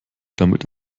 damit